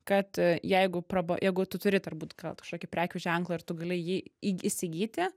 kad jeigu praba jeigu tu turi turbūt gal kažkokį prekių ženklą ir tu gali jį įg įsigyti